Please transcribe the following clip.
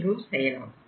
வீ குரூவ் செய்யலாம்